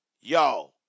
Yo